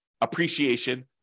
appreciation